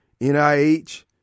NIH